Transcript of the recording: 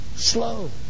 slow